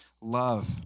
Love